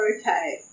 okay